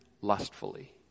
lustfully